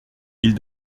ils